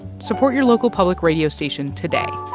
support your local public radio station today.